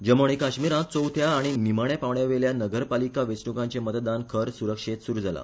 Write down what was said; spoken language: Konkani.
जम्मु आनी काश्मिरात चौथ्या आनी निमाण्या पांवडयावेल्या नगरपालिका वेचणूकांचे मतदान खर सुरक्षेत सुरु जाला